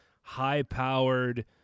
high-powered